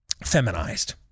Feminized